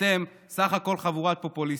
אתם בסך הכול חבורת פופוליסטים.